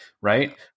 right